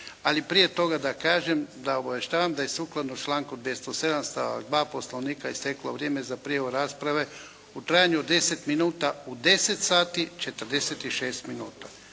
Ali prije toga da kažem da obavještavam, da je sukladno članku 207. stavak 2. Poslovnika isteklo vrijeme za prijavu rasprave u trajanju od 10 minuta u 10,00 sati 46 minuta.